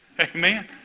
Amen